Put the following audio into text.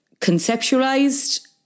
conceptualized